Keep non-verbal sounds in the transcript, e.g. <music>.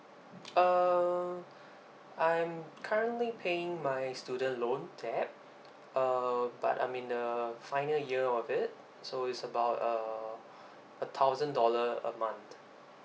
uh I'm currently paying my student loan tap uh but I'm in the final year of it so it's about uh <breath> a thousand dollars a month